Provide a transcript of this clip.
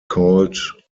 called